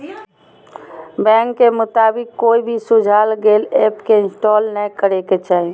bank के मुताबिक, कोई भी सुझाल गेल ऐप के इंस्टॉल नै करे के चाही